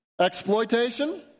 exploitation